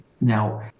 Now